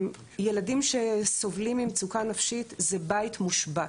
ילדים שסובלים ממצוקה נפשית זה בית מושבת,